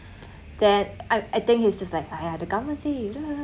that I I think he's just like !aiya! the government say you don't